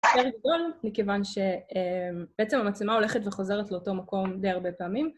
יותר גדול מכיוון שבעצם המצלמה הולכת וחוזרת לאותו מקום די הרבה פעמים.